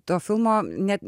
to filmo net